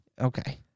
Okay